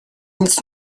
nic